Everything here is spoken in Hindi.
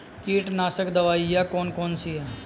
कीटनाशक दवाई कौन कौन सी हैं?